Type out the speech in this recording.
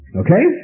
okay